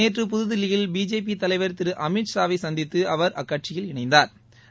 நேற்று புதுதில்லியில் பிஜேபி தலைவர் திரு அமித்ஷா வை சந்தித்து அவர் அக்கட்சியில் இணைந்தாா்